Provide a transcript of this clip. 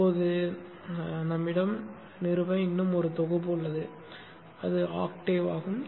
இப்போது எங்களிடம் நிறுவ இன்னும் ஒரு தொகுப்பு உள்ளது அது ஆக்டேவ் ஆகும்